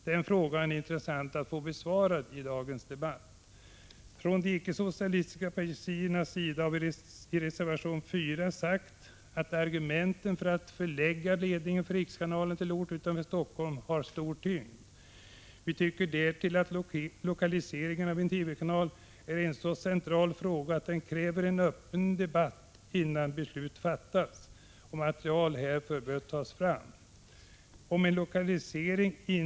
Det vore intressant att få denna fråga besvarad i dagens debatt. Från de icke-socialistiska partiernas sida har vi i reservation 4 sagt att argumenten för att förlägga ledningen för rikskanalen till en ort utanför Helsingfors har stor tyngd. Vi tycker därtill att lokaliseringen av en TV-kanal är en så central fråga att den kräver en öppen debatt innan beslut fattas, och material härför bör tas fram. Om en lokalisering inte kan ske utan ökade Prot.